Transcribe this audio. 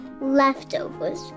Leftovers